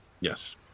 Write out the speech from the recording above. yes